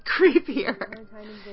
creepier